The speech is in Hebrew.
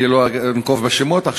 אני לא אנקוב עכשיו בשמות.